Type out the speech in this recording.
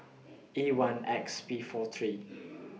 E one X P four three